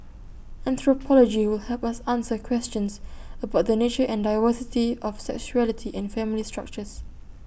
anthropology will help us answer questions about the nature and diversity of sexuality and family structures